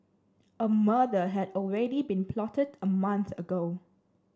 a murder had already been plotted a month ago